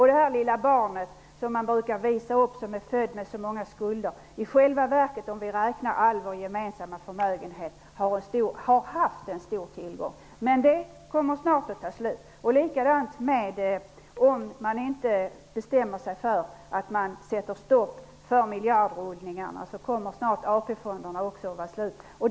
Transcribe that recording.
Det lilla barnet som man brukar visa upp, som är fött med så många skulder, har i själva verket, om vi räknar all vår gemensamma förmögenhet, haft en stor tillgång. Men den kommer snart att ta slut. Likadant går det om man inte bestämmer sig för att sätta stopp för miljardrullningarna, då kommer snart AP-fonderna också att vara tömda.